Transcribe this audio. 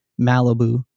Malibu